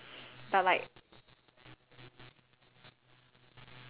I love I love chinese history like the china history that kind